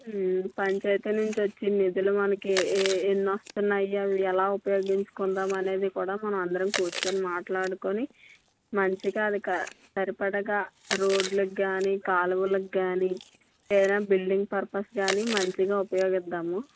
పంచాయతీ నుంచి వచ్చిన నిధులు మనకి ఏ ఎన్ని వస్తున్నాయి అవి ఎలా ఉపయోగించుకుందాం అనేది కూడా మనం అందరం కూర్చుని మాట్లాడుకుని మంచిగా అది సరిపడగా రోడ్లకి కానీ కాలువలకి కానీ లేదా బిల్డింగ్ పర్పస్ కానీ మంచిగా ఉపయోగిద్దాము